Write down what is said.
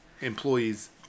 employees